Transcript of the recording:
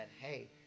hey